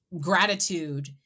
gratitude